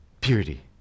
purity